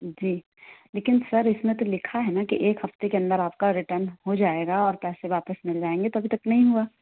जी लेकिन सर इस में तो लिखा है ना कि एक हफ़्ते के अंदर आपका रिटर्न हो जाएगा और पैसे वापस मिल जाएंगे लेकिन अभी तक नहीं हुआ